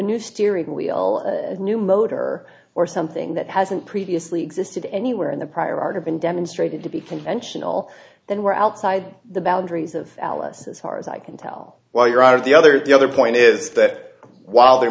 new steering wheel new motor or something that hasn't previously existed anywhere in the prior art or been demonstrated to be conventional then we're outside the boundaries of alice as far as i can tell while you're out of the other the other point is that while there